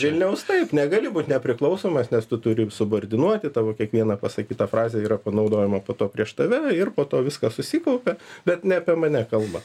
vilniaus taip negali būt nepriklausomas nes tu turi subordinuoti tavo kiekviena pasakyta frazė yra panaudojama po to prieš tave ir po to viskas susikaupia bet ne apie mane kalba